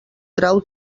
trau